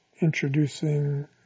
introducing